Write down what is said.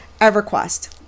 EverQuest